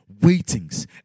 waitings